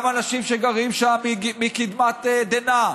גם אנשים שגרים שם מקדמת דנא.